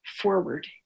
forward